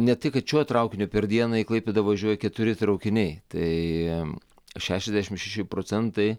ne tai kad šiuo traukiniu per dieną į klaipėdą važiuoja keturi traukiniai tai šešiasdešim šeši procentai